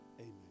Amen